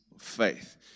faith